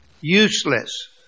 useless